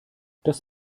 das